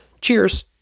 Cheers